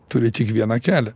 turi tik vieną kelią